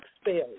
spells